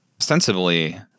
ostensibly